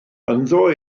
ynddo